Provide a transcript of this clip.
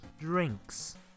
drinks